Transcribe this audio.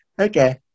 okay